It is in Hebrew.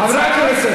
חברי הכנסת,